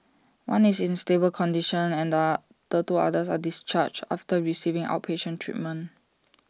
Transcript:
one is in A stable condition and are sir two others were discharged after receiving outpatient treatment